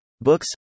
Books